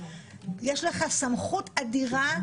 יש לך סמכות אדירה,